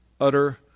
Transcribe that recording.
utter